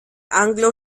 anglo